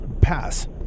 Pass